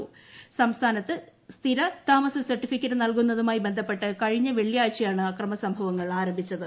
സംസ്മൃഹ്ച്ച് സ്ഥിര താമസ സർട്ടിഫിക്കറ്റ് നൽകുന്നതുമായി ബന്ധ്പ്പെട്ട് കഴിഞ്ഞ വെള്ളിയാഴ്ചയാണ് അക്രമ സംഭവങ്ങൾ ആരംഭിച്ചത്